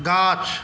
गाछ